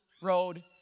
Road